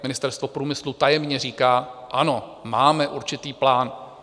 Ministerstvo průmyslu tajemně říká: ano, máme určitý plán.